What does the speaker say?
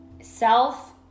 Self